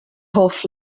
hoff